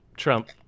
trump